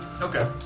Okay